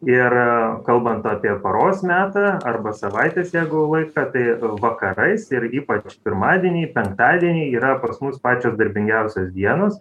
ir kalbant apie paros metą arba savaitės jeigu laiką tai vakarais ir ypač pirmadieniai penktadieniai yra pas mus pačios darbingiausios dienos